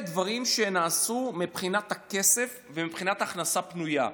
דברים שנעשו מבחינת הכסף ומבחינת הכנסה פנויה.